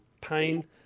pain